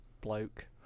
bloke